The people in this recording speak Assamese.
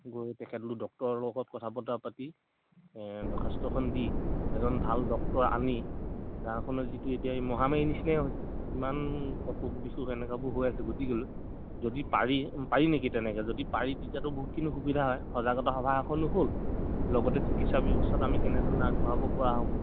গৈ তেখেতলোক ডক্টৰ লগত কথা বতৰা পাতি দৰ্খাস্তখন দি এজন ভাল ডক্টৰ আনি গাঁওখনত যিটো এতিয়া মহামাৰী নিচিনাই হৈছে ইমান অসুখ বিসুখ এনকাবোৰ হৈ আছে গতিকেলৈ যদি পাৰি পাৰি নেকি তেনেকৈ যদি পাৰি তেতিয়াতো বহুতখিনি সুবিধা হয় সজাগতা সভা এখনো হ'ল লগতে চিকিৎসা ব্যৱস্থাটো আমি কেনেধৰণে আগবঢ়াব পৰা হ'ব